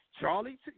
Charlie